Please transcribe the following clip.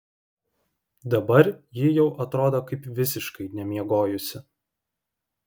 dabar ji jau atrodo kaip visiškai nemiegojusi